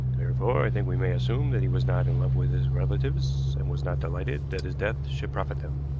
therefore, i think we may assume that he was not in love with his relatives, and was not delighted that his death should profit them.